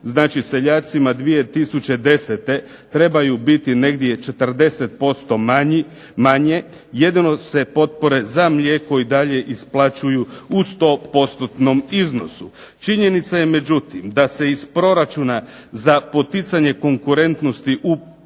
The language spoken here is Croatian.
Znači, seljacima 2010. trebaju biti negdje 40% manje. Jedino se potpore za mlijeko i dalje isplaćuju u sto postotnom iznosu. Činjenica je međutim da se iz proračuna za poticanje konkurentnosti u poljoprivredi,